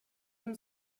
dem